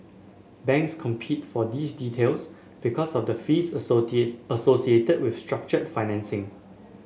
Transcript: banks compete for these deals because of the fees associated with structured financing